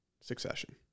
succession